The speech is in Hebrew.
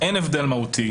אין הבדל מהותי,